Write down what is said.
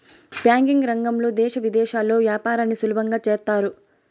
banking రంగంలో దేశ విదేశాల్లో యాపారాన్ని సులభంగా చేత్తారు